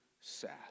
sad